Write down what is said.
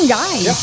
guys